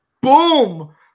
boom